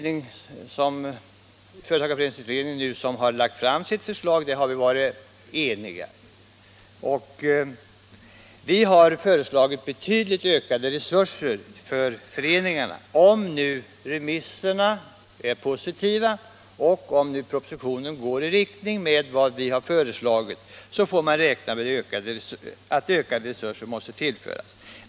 I företagareföreningsutredningen, som alltså lagt fram förslag, har vi varit eniga. Vi har föreslagit betydligt ökade resurser till föreningarna. Om remissvaren är positiva och om propositionen går i riktning med vad vi föreslagit får man räkna med att ökade resurser måste tillföras föreningarna.